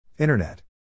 Internet